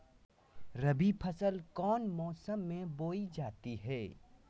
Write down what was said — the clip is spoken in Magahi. रबी फसल कौन मौसम में बोई जाती है?